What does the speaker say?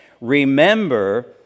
remember